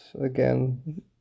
again